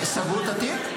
סגרו את התיק?